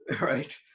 right